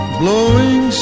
blowing